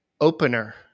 Opener